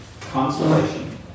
Consolation